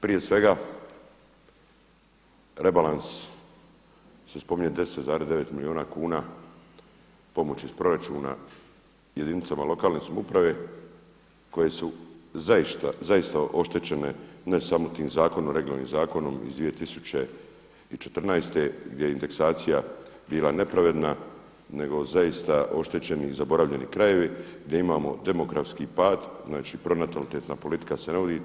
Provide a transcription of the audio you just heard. Prije svega rebalans se spominje 10,9 milijuna kuna pomoći iz proračuna jedinicama lokalne samouprave koje su zaista oštećene ne samo tim zakonom, regionalnim zakonom iz 2014. gdje je indeksacija bila nepravedna, nego zaista oštećeni i zaboravljeni krajevi gdje imamo demografski pad znači pronatalitetna politika se ne vodi.